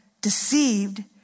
deceived